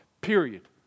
period